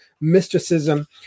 Mysticism